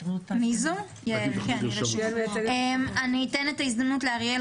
אתן את ההזדמנות לאריאל